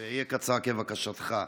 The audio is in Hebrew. זה יהיה קצר, כבקשתך.